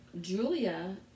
Julia